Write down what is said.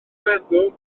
weddw